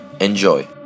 Enjoy